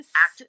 act